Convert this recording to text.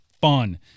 fun